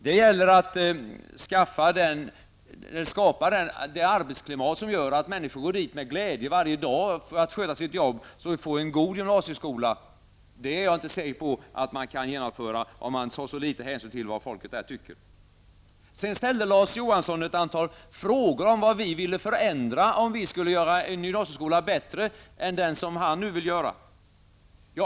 Det gäller att skapa ett arbetsklimat som gör att människor går till skolan med glädje varje dag för att sköta sitt jobb så att det blir en god gymnasieskola. Jag är inte säker på att det går att genomföra en bra gymnasieskola, om man tar så liten hänsyn till vad människorna i skolan tycker. Sedan ställde Larz Johansson ett antal frågor om vad vi ville förändra för att göra gymnasieskolan ännu bättre än vad han vill göra.